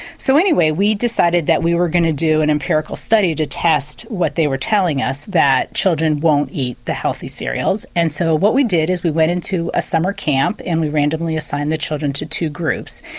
so anyway we decided that we were going to do an empirical study to test what they were telling us that children won't eat the healthy cereals. and so what we did was we went into a summer camp and we randomly assigned the children to two groups.